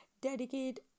dedicate